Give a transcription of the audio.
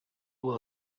will